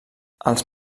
els